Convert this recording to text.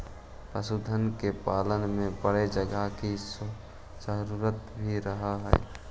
पशुधन को पालने में बड़े जगह की जरूरत भी रहअ हई